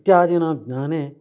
इत्यादीनां ज्ञाने